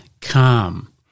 Calm